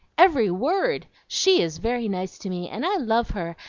every word! she is very nice to me, and i love her,